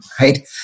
right